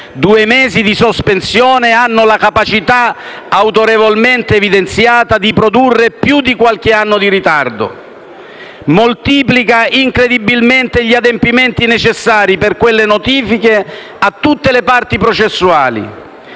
due mesi di sospensione hanno la capacità, autorevolmente evidenziata, di produrre più di qualche anno di ritardo. Moltiplica incredibilmente gli adempimenti necessari per quelle notifiche a tutte le parti processuali,